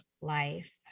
life